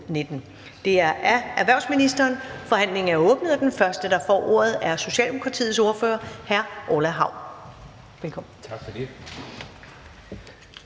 (Karen Ellemann): Forhandlingen er åbnet, og den første, der får ordet, er Socialdemokratiets ordfører, hr. Orla Hav. Velkommen.